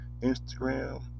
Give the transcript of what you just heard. Instagram